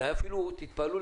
זה היה אפילו קשור